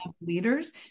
leaders